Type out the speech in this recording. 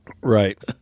right